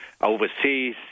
overseas